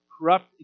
corrupt